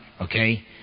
okay